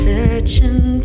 Searching